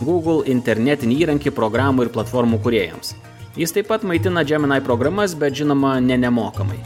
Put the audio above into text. gūgl internetinį įrankį programų ir platformų kūrėjams jis taip pat maitina džeminai programas bet žinoma ne nemokamai